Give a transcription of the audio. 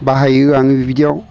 बाहायो आङो बिदियाव